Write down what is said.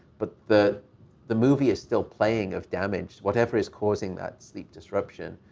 but the the movie is still playing of damage. whatever is causing that sleep disruption,